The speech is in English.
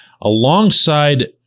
Alongside